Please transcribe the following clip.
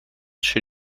chez